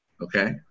okay